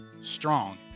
strong